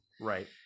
right